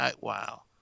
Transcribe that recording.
wow